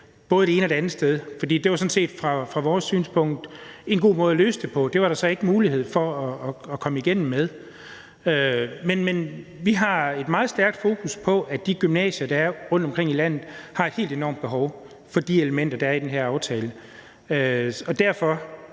både det ene og det andet sted, for det var sådan set ud fra vores synspunkt en god måde at løse det på. Det var der så ikke mulighed for at komme igennem med. Men vi har et meget stærkt fokus på, at de gymnasier, der er rundtomkring i landet, har et helt enormt behov for de elementer, der er i den her aftale. Derfor